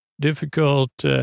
Difficult